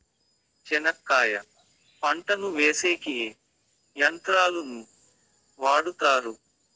చెనక్కాయ పంటను వేసేకి ఏ యంత్రాలు ను వాడుతారు?